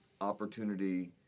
opportunity